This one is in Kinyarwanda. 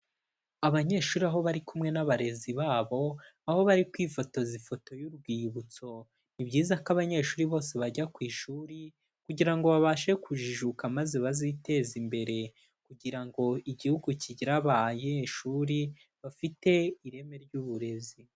Abanyeshuri aho bari kumwe n'abarezi babo, aho bari kwifotoza ifoto y'urwibutso, ni byiza ko abanyeshuri bose bajya ku ishuri kugira ngo babashe kujijuka maze baziteze imbere kugira ngo igihugu kigire abanyeshuri bafite ireme ry'uburezi.